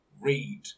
read